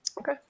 okay